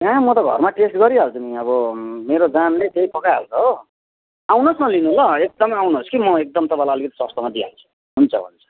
कहाँ म त घरमा टेस्ट गरिहाल्छु नि अब मेरो जानले त्यही पकाइहाल्छ हो आउनुहोस् न लिनु ल एकदम आउनुहोस् कि म एकदम तपाईँलाई अलिकति सस्तोमा दिइहाल्छु हुन्छ हुन्छ